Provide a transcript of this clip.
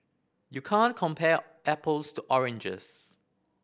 you can't compare apples to oranges